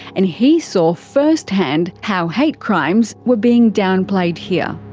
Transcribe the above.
and he saw first hand how hate crimes were being downplayed here.